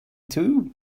too